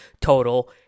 total